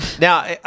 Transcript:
now